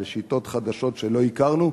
אלה שיטות חדשות שלא הכרנו,